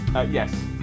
Yes